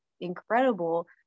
incredible